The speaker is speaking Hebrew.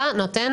אתה נותן,